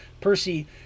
Percy